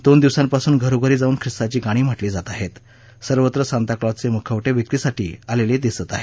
दोन दिवसांपासून घरोघरी जाऊन ख्रिस्ताची गाणी म्हटली जात आहेत सर्वत्र सांताक्लाजचे मुखवटे विक्रीसाठी आलेले दिसत आहेत